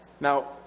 Now